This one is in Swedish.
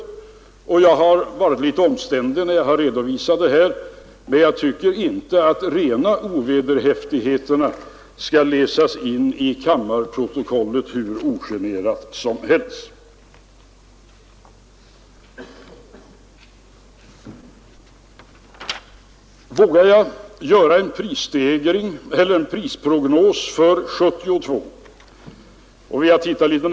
Jag har varit litet omständlig när jag redovisat detta, men jag tycker inte att rena ovederhäftigheter skall få läsas in i kammarprotokollet hur ogenerat som helst. Sedan kanske jag också vågar göra en prisprognos för 1972.